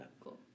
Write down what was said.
cool